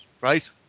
right